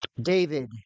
David